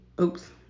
oops